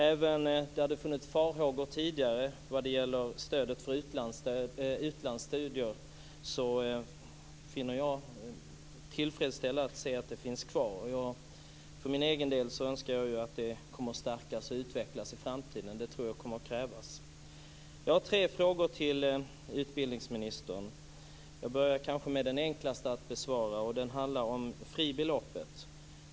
Även där det tidigare har funnits farhågor i fråga om stödet för utlandsstudier finner jag med tillfredsställelse att detta stöd finns kvar. För min egen del önskar jag ju att det kommer att stärkas och utvecklas i framtiden. Det tror jag kommer att krävas. Jag har tre frågor till utbildningsministern. Jag börjar med den som kanske är enklast att besvara, och den handlar om fribeloppet.